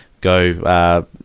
go